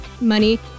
money